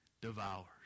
devours